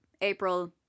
April